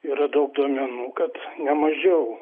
yra daug duomenų kad ne mažiau